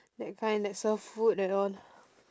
that kind that serve food and all